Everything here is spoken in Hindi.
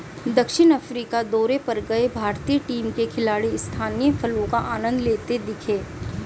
दक्षिण अफ्रीका दौरे पर गए भारतीय टीम के खिलाड़ी स्थानीय फलों का आनंद लेते दिखे